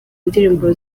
indirimbo